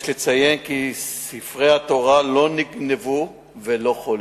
יש לציין כי ספרי התורה לא נגנבו ולא חוללו.